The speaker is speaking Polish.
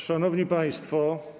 Szanowni państwo.